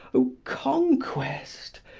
o conquest!